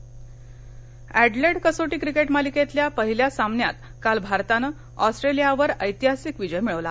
cricket Adelaide कसोटी cricket मालिकेतल्या पहिल्या सामन्यात काल भारतानं ऑस्ट्रेलियावर ऐतिहासिक विजय मिळवला